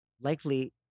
likely